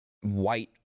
white